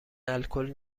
الکل